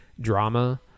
drama